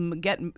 get